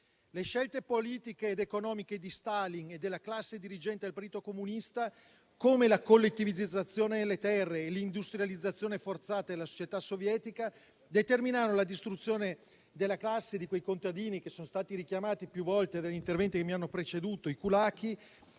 Le scelte politiche ed economiche di Stalin e della classe dirigente del Partito Comunista, come la collettivizzazione delle terre e l'industrializzazione forzata della società sovietica, determinarono la distruzione della classe di quei contadini che sono stati richiamati più volte dagli interventi che mi hanno preceduto, i *kulaki*,